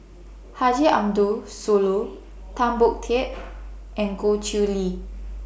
Haji Ambo Sooloh Tan Boon Teik and Goh Chiew Lye